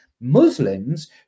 Muslims